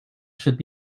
should